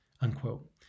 unquote